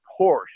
Porsche